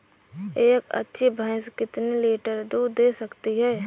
एक अच्छी भैंस कितनी लीटर दूध दे सकती है?